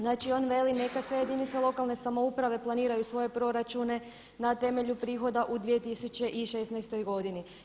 Znači, on veli neka sve jedinice lokalne samouprave planiraju svoje proračune na temelju prihoda u 2016. godini.